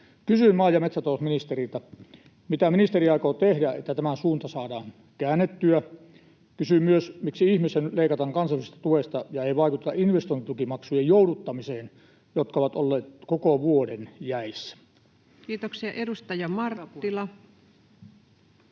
Kysyn maa- ja metsätalousministeriltä: mitä ministeri aikoo tehdä, että tämä suunta saadaan käännettyä? Kysyn myös: miksi ihmeessä nyt leikataan kansallisesta tuesta ja ei vaikuteta investointitukimaksujen jouduttamiseen, jotka ovat olleet koko vuoden jäissä? Kiitoksia. — Edustaja Marttila.